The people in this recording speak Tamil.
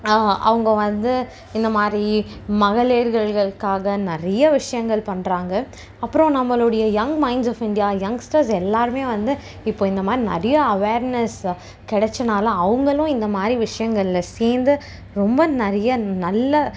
அவங்க வந்து இந்த மாதிரி மகளிர்கள்காக நிறைய விஷயங்கள் பண்ணுறாங்க அப்புறோம் நம்மளுடைய young minds of India youngsters எல்லாரும் வந்து இப்போ இந்த மாதிரி நிறைய அவேர்னஸ்ஸு கிடச்சானால அவங்களும் இந்த மாதிரி விஷயங்களில் சேர்ந்து ரொம்ப நிறைய நல்ல